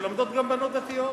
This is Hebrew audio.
שלומדות גם בנות דתיות.